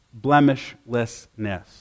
blemishlessness